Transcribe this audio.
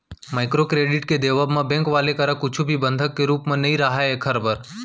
micro credit के देवब म बेंक वाले करा कुछु भी बंधक के रुप म नइ राहय ऐखर बर